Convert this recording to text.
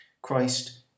Christ